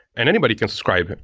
and anybody can subscribe,